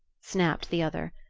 snapped the other,